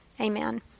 Amen